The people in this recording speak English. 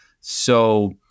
So-